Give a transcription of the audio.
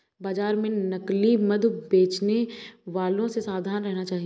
बाजार में नकली मधु बेचने वालों से सावधान रहना चाहिए